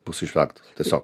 bus išvengtas tiesiog